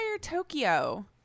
Tokyo